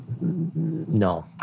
No